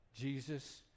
Jesus